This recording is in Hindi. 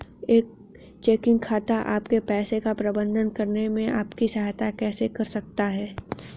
एक चेकिंग खाता आपके पैसे का प्रबंधन करने में आपकी सहायता कैसे कर सकता है?